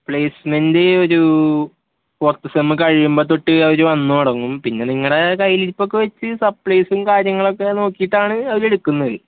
placement ഒരു fourth sem കഴിയുമ്പം തൊട്ട് അവർ വന്ന് തുടങ്ങും പിന്നെ നിങ്ങളുടെ കയ്യിലിരിപ്പൊക്കെ വെച്ച് സപ്ലീസും കാര്യങ്ങളൊക്കെ നോക്കിയിട്ടാണ് അവർ എടുക്കുന്നത്